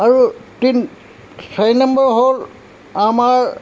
আৰু তিনি ছয় নম্বৰ হ'ল আমাৰ